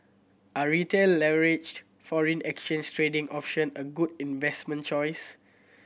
are Retail leveraged foreign exchange trading option a good investment choice